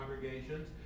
congregations